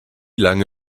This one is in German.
lange